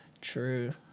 True